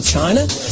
China